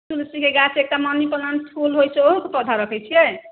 तुलसीके गाछ एकटा मनीप्लान्ट फूल होइत छै ओहोके पौधा रखैत छियै